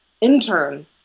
intern